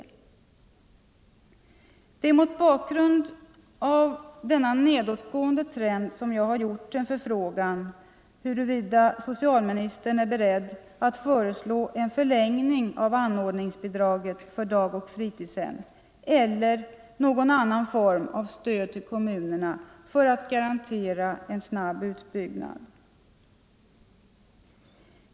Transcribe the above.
Det är mot bakgrund av denna nedåtgående trend som jag har gjort en förfrågan huruvida socialministern är beredd att föreslå en förlängning av anordningsbidraget för dagoch fritidshem eller någon annan form av stöd till kommunerna för att garantera en snabb utbyggnad.